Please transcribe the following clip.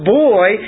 boy